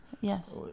Yes